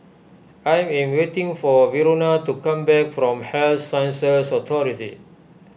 I am waiting for Verona to come back from Health Sciences Authority